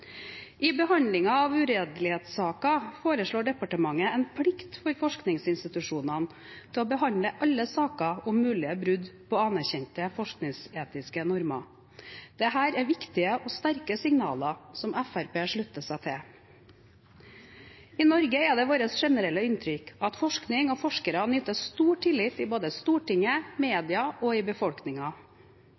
I behandlingen av uredelighetssaker foreslår departementet en plikt for forskningsinstitusjonene til å behandle alle saker om mulige brudd på anerkjente forskningsetiske normer. Dette er viktige og sterke signaler, som Fremskrittspartiet slutter seg til. I Norge er det vårt generelle inntrykk at forskning og forskere nyter stor tillit i både Stortinget, media og